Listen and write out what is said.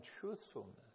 truthfulness